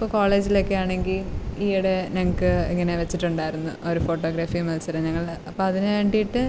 ഇപ്പോൾ കോളേജിലൊക്കെ ആണെങ്കിൽ ഈയിടെ ഞങ്ങൾക്ക് ഇങ്ങനെ വെച്ചിട്ടുണ്ടായിരുന്നു ഒരു ഫോട്ടോഗ്രാഫി മത്സരം ഞങ്ങളുടെ അപ്പോൾ അതിനു വേണ്ടിയിട്ട്